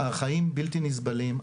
החיים בלתי נסבלים.